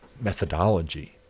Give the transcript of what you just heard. methodology